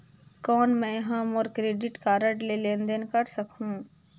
कौन मैं ह मोर क्रेडिट कारड ले लेनदेन कर सकहुं?